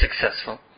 successful